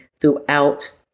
throughout